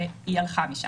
שהיא הלכה משם.